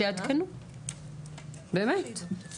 שיעדכנו, באמת.